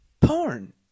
Porn